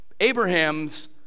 Abraham's